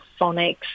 phonics